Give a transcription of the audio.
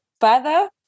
father